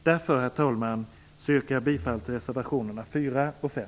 Därför, herr talman, yrkar jag bifall till reservationerna 4 och 5.